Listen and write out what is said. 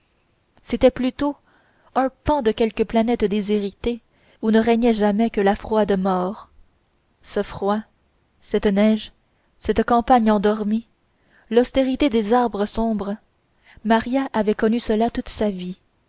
c'était plutôt un pan de quelque planète déshéritée où ne régnait jamais que la froide mort ce froid cette neige cette campagne endormie l'austérité des arbres sombres maria chapdelaine avait connu cela toute sa vie